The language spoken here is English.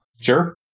Sure